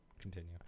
Continue